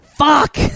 Fuck